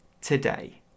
today